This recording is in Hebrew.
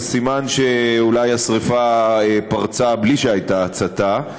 אז סימן שאולי השרפה פרצה בלי שהייתה הצתה.